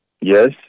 Yes